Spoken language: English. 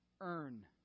earn